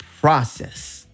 process